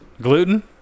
gluten